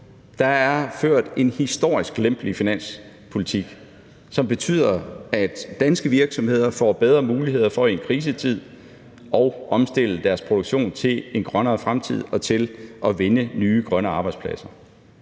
Der er ført en historisk lempelig finanspolitik, som betyder, at danske virksomheder får bedre muligheder for i en krisetid at omstille deres produktion til en grønnere fremtid og til at vinde nye grønne arbejdspladser